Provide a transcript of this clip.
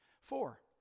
Four